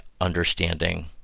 understanding